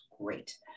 great